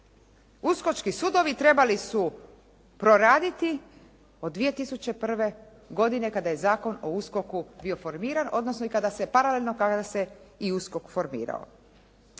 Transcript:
Uskočki sudovi trebali su proraditi od 2001. godine kada je Zakon o USKOK-u bio formiran odnosno i kada se paralelno i USKOK formirao.